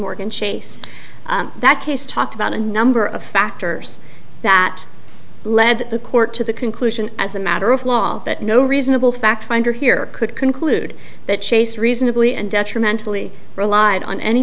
morgan chase that case talked about a number of factors that led the court to the conclusion as a matter of law that no reasonable fact finder here could conclude that chase reason i believe and detrimental relied on any